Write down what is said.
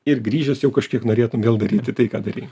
ir grįžęs jau kažkiek norėtum vėl daryti tai ką darei